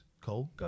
Cole